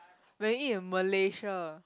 when you eat in Malaysia